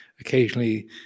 occasionally